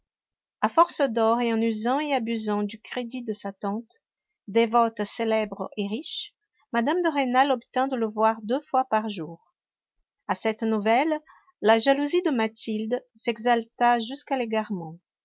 a force d'or et en usant et abusant du crédit de sa tante dévote célèbre et riche mme de rênal obtint de le voir deux fois par jour a cette nouvelle la jalousie de mathilde s'exalta jusqu'à l'égarement